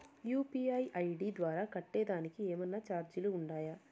UPI ID ద్వారా కట్టేదానికి ఏమన్నా చార్జీలు ఉండాయా?